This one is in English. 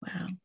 Wow